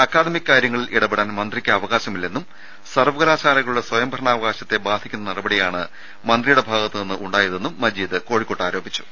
അക്കാദമിക കാര്യങ്ങളിൽ ഇടപെടാൻ മന്ത്രിക്ക് അവകാശം ഇല്ലെന്നും സർവ്വകലാശാലകളുടെ സ്വയംഭരണാവകാശത്തെ ബാധിക്കുന്ന നടപടിയാണ് മന്ത്രിയുടെ ഭാഗത്തുനിന്ന് ഉണ്ടായതെന്നും മജീദ് ആരോപിച്ചു